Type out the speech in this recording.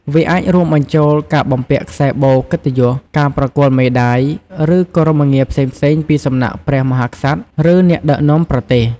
វាអាចរួមបញ្ចូលការបំពាក់ខ្សែបូរកិត្តិយស ការប្រគល់មេដាយ ឬ គោរម្យងារផ្សេងៗពីសំណាក់ព្រះមហាក្សត្រ ឬ អ្នកដឹកនាំប្រទេស។